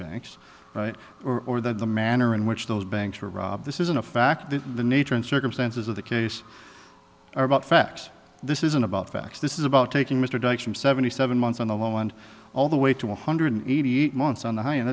banks or that the manner in which those banks were robbed this isn't a fact that the nature and circumstances of the case are about facts this isn't about facts this is about taking mr dykes from seventy seven months on the low end all the way to one hundred eighty eight months on the high and